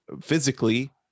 physically